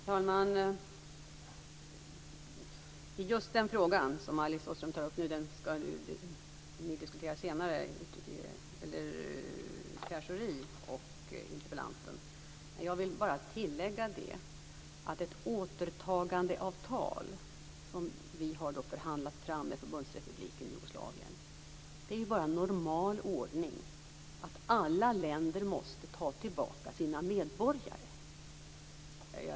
Fru talman! Just den fråga som Alice Åström tar upp skall diskuteras med Pierre Schori senare i dag. Jag vill bara tillägga att ett återtagandeavtal, som vi har förhandlat fram med Förbundsrepubliken Jugoslavien, bara är den normala ordningen. Det innebär att alla länder måste ta tillbaka sina medborgare.